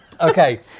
Okay